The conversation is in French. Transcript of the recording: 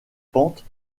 pentes